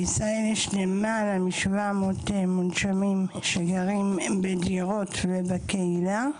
בישראל יש למעלה מ-700 מונשמים שגרים בדירות ובקהילה.